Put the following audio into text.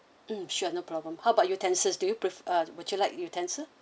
mm sure no problem how about utensils do you pref~ uh would you like utensil